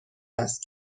است